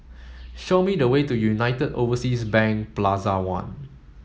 show me the way to United Overseas Bank Plaza One